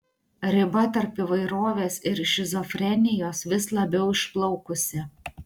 riba tarp įvairovės ir šizofrenijos vis labiau išplaukusi